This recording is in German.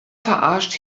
verarscht